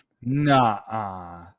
Nah